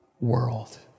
world